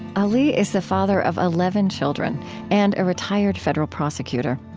allee is the father of eleven children and a retired federal prosecutor